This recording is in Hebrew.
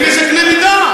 לפי איזה קנה מידה?